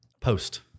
Post